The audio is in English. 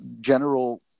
general